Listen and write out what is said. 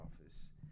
office